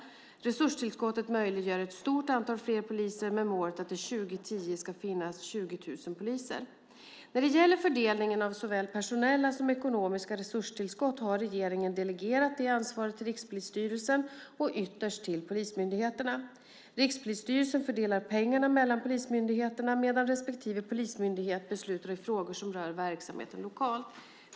Resurstillskottet möjliggör ett stort antal fler poliser med målet att det 2010 ska finnas 20 000 poliser. När det gäller fördelningen av såväl personella som ekonomiska resurstillskott har regeringen delegerat det ansvaret till Rikspolisstyrelsen och ytterst till polismyndigheterna. Rikspolisstyrelsen fördelar pengarna mellan polismyndigheterna medan respektive polismyndighet beslutar i frågor som rör verksamheten lokalt.